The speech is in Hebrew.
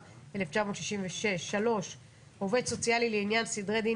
התשכ"ו-1966; (3)עובד סוציאלי לעניין סדרי דין